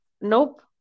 nope